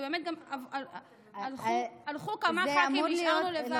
ובאמת הלכו כמה ח"כים, נשארנו לבד.